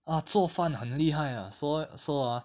!wah! 做饭很厉害 ah so eh so ah